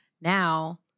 now